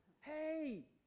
Hey